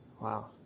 Wow